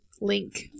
link